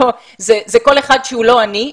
זה כל אחד שהוא לא אני,